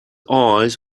eyes